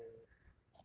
really meh